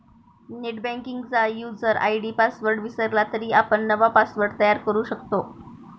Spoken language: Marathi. नेटबँकिंगचा युजर आय.डी पासवर्ड विसरला तरी आपण नवा पासवर्ड तयार करू शकतो